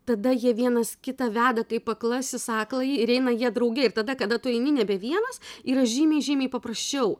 tada jie vienas kitą veda kaip aklasis akląjį ir eina jie drauge ir tada kada tu eini nebe vienas yra žymiai žymiai paprasčiau